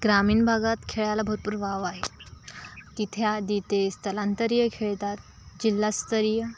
ग्रामीण भागात खेळायला भरपूर वाव आहे तिथे आधी ते स्थलांतरीय खेळतात जिल्हास्तरीय